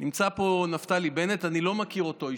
נמצא פה נפתלי בנט, אני לא מכיר אותו אישית.